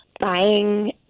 buying